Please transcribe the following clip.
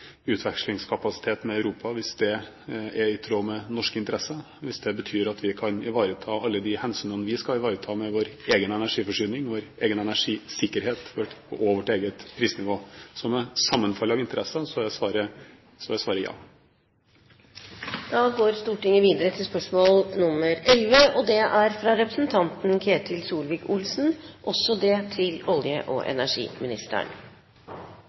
med Europa hvis det er i tråd med norske interesser, hvis det betyr at vi kan ivareta alle de hensynene vi skal ivareta når det gjelder vår egen energiforsyning, vår egen energisikkerhet og vårt eget prisnivå. Med sammenfallende interesser er svaret ja. «Stortingsrepresentant Borten Moe tok i Adresseavisen 15. september 2010 til orde for å forenkle bygging av småkraftverk ved å delegere mer ansvar for konsesjonsbehandling til